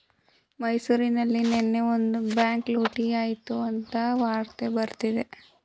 ಮೈಸೂರಲ್ಲಿ ನೆನ್ನೆ ಒಂದು ಬ್ಯಾಂಕ್ ಲೂಟಿ ಆಯ್ತು ಅಂತ ವಾರ್ತೆಲ್ಲಿ ಬರ್ತಿದೆ